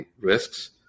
risks